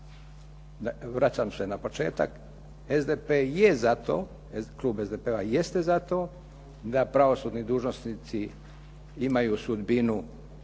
vraćam se na početak. Klub SDP-a jeste za to da pravosudni dužnosnici imaju sudbinu